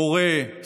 מורה,